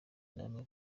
namwe